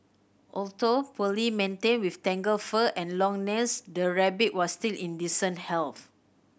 although poorly maintained with tangled fur and long nails the rabbit was still in decent health